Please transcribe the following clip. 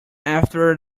after